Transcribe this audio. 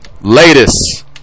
Latest